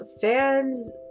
fans